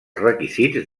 requisits